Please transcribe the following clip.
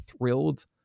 thrilled